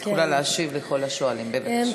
את יכולה להשיב לכל השואלים, בבקשה.